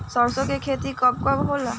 सरसों के खेती कब कब होला?